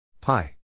pi